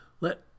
Let